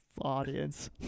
audience